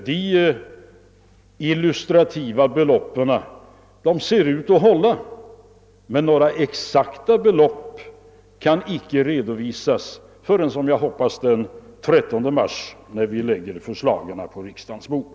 Dessa illustrativa siffror ser ut att hålla, men några exakta summor kan icke redovisas förrän — som jag hoppas — den 13 mars, när vi lägger förslagen på riksdagens bord.